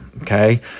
Okay